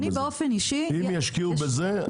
אם ישקיעו בזה,